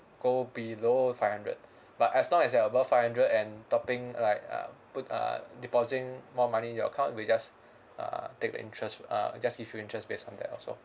go below five hundred but as long as you are above five hundred and topping like uh put uh deposit more money in your account we just uh take the interest uh just give you interest based on that also